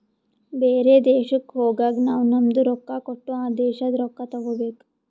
ಬೇರೆ ದೇಶಕ್ ಹೋಗಗ್ ನಾವ್ ನಮ್ದು ರೊಕ್ಕಾ ಕೊಟ್ಟು ಆ ದೇಶಾದು ರೊಕ್ಕಾ ತಗೋಬೇಕ್